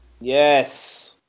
yes